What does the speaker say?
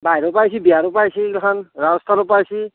বাহিৰৰ পৰা আইছি বিহাৰৰ পৰা আইছি এইগিলাখান ৰাজস্থানৰ পৰা আইছি